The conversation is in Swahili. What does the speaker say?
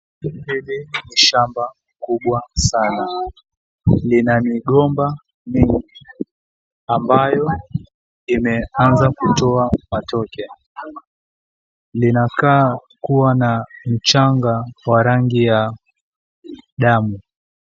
Hili ni shamba kubwa sana. Lina migomba mingi ambayo imeanza kutoa matoke. Lina kaa kuwa na mchanga kwa rangi ya damu.